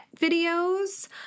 videos